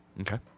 Okay